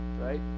right